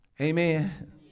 Amen